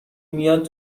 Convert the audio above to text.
میاد